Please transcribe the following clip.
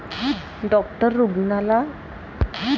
doctor रुग्णाला झुचीची भाजी खाण्याचा सल्ला देतात